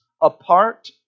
apart